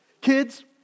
Kids